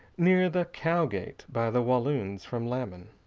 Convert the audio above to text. near the cow gate, by the walloons from lammen.